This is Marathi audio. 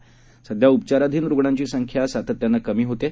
देशात उपाचाराधीन रुग्णांची संख्या सातत्यानं कमी होत आहे